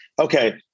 Okay